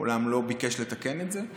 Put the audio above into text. מעולם לא ביקש לתקן את זה,